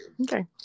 Okay